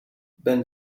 been